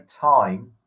time